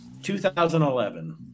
2011